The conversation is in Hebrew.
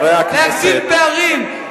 להגדיל פערים,